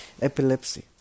Epilepsy